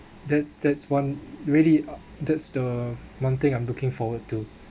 that's that's one really that's the one thing I'm looking forward to